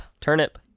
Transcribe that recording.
Turnip